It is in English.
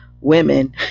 women